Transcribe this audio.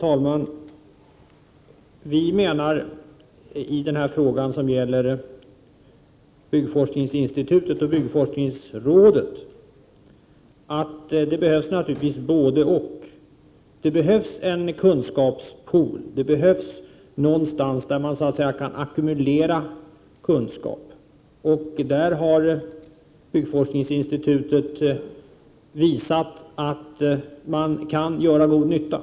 Herr talman! I denna fråga, som gäller byggforskningsinstitutet och byggforskningsrådet, menar vi att det naturligtvis behövs ett både—-och. Det behövs en kunskapspool, någonstans där man kan ackumulera kunskap. Byggforskningsinstitutet har visat att man kan göra god nytta.